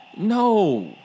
no